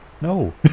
No